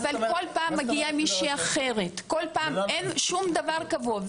אבל כל פעם מגיעה מישהי אחרת, אין שום דבר קבוע.